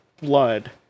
Blood